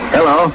Hello